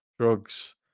drugs